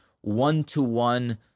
one-to-one